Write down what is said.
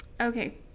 okay